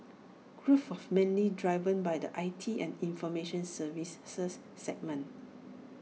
growth was mainly driven by the I T and information services segment